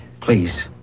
Please